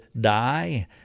die